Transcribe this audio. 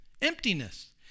emptiness